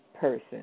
person